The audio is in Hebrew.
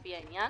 לפי העניין,